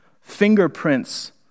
fingerprints